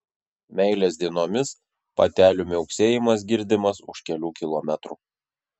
meilės dienomis patelių miauksėjimas girdimas už kelių kilometrų